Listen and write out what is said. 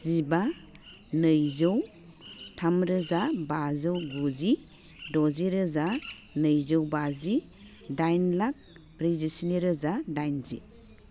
जिबा नैजौ थामरोजा बाजौ गुजि दजिरोजा नैजौ बाजि दाइन लाख ब्रैजिस्नि रोजा दाइनजि